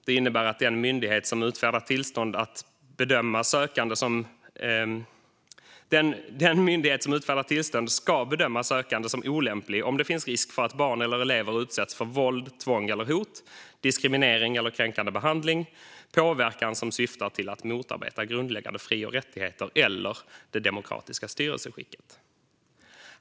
Det innebär att den myndighet som utfärdar tillstånd ska bedöma sökande som olämplig om det finns risk för att barn eller elever utsätts för våld, tvång eller hot, diskriminering eller kränkande behandling, påverkan som syftar till att motarbeta grundläggande fri och rättigheter eller det demokratiska styrelseskicket.